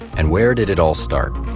and where did it all start?